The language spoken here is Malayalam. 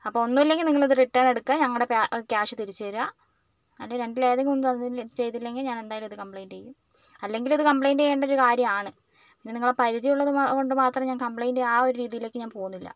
അപ്പോൾ ഒന്നൂല്ലെങ്കിൽ നിങ്ങളിത് റിട്ടേൺ എടുക്കുക ഞങ്ങളുടെ പ്യാ ക്യാഷ് തിരിച്ച് തരിക അല്ലെങ്കിൽ രണ്ടിൽ ഏതെങ്കിലും ഒന്ന് തന്നിലെ ചെയ്തില്ലെങ്കിൽ ഞാൻ എന്തായാലും ഇത് കംപ്ലയ്ന്റ്റ് ചെയ്യും അല്ലെങ്കിലും ഇത് കംപ്ലയിറ്റ് ചെയ്യേണ്ട ഒരു കാര്യമാണ് പിന്നെ നിങ്ങളെ പരിചയം ഉള്ളത് കൊണ്ട് മാത്രം ഞാൻ കംപ്ലയിറ്റ് ആ ഒരു രീതിലേക്ക് ഞാൻ പോകുന്നില്ല